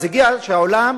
אז הגיע הזמן שהעולם,